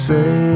Say